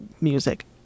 music